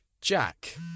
Jack